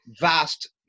vast